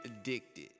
addicted